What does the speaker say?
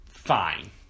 fine